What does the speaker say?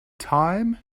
time